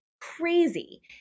crazy